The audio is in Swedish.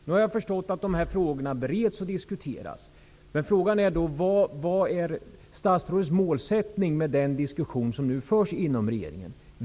Jag har nu förstått att dessa frågor bereds och diskuteras, men frågan är vilken målsättning statsrådet har i den diskussion som nu förs inom regeringen.